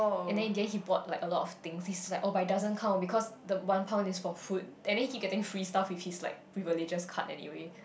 and then in the end he bought like a lot of things he's like oh but it doesn't count because the one pound is for food and then he keep getting free stuff with his like privileges card anyway